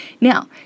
Now